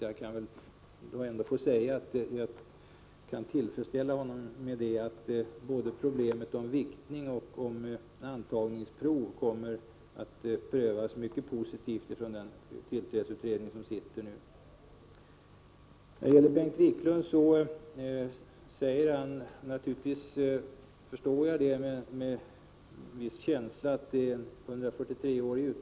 Jag vill nu bara säga att jag kan tillfredsställa honom med att problemen såväl med viktning som med antagningsprov kommer att prövas mycket positivt av den tillträdesutredning som nu arbetar. Bengt Wiklund talar med viss känsla om nedläggningen av en utbildning som har funnits i 143 år.